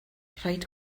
rhaid